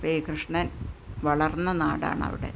ശ്രീകൃഷ്ണന് വളര്ന്ന നാടാണ് അവിടെ